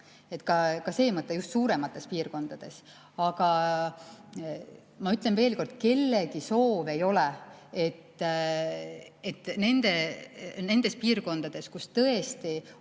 Ka see mõte on, just suuremates piirkondades. Aga ma ütlen veel kord: kellegi soov ei ole, et nendes piirkondades, kus tõesti on